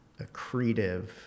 accretive